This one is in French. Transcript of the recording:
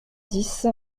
dix